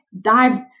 dive